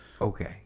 Okay